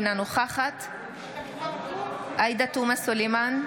אינה נוכחת עאידה תומא סלימאן,